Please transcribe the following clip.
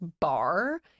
bar